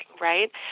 right